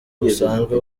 busanzwe